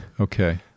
Okay